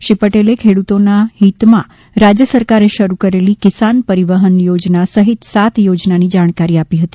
શ્રી પટેલે ખેડૂતોના હિતમાં રાજ્ય સરકારે શરૂ કરેલી કિસાન પરિવહન યોજના સહિત સાત યોજનાની જાણકારી આપી હતી